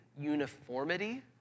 uniformity